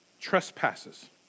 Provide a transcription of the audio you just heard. trespasses